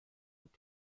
und